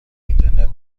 اینترنت